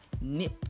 nip